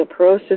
osteoporosis